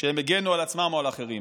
כשהם הגנו על עצמם או על אחרים.